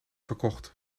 verkocht